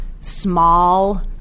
small